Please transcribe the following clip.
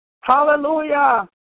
Hallelujah